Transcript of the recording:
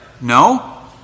No